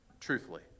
truthfully